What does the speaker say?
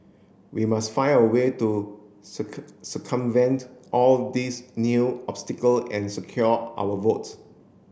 we must find a way to circumvent all these new obstacle and secure our votes